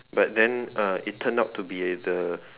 but then uh it turned to be at the